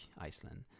Iceland